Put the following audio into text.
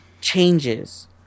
changes